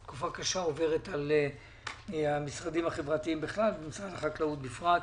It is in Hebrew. תקופה קשה עוברת על המשרדים החברתיים בכלל ומשרד החקלאות בפרט.